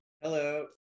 Hello